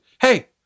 Hey